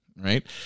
Right